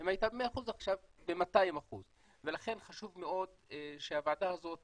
אם היא הייתה 100% עכשיו היא 200%. לכן חשוב מאוד שהוועדה הזאת